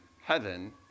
heaven